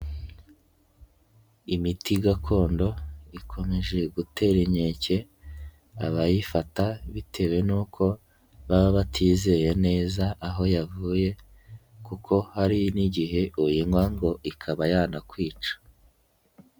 Imiti gakondo ikomeje gutera inkeke abayifata, bitewe n'uko baba batizeye neza aho yavuye kuko hari n'igihe uyinywa ngo ikaba yanakwica.